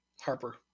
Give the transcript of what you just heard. Harper